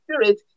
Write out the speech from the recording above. spirit